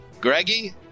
Greggy